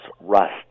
rust